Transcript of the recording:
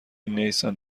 نیسان